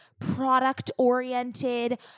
product-oriented